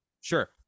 Sure